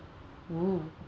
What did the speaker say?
!woo!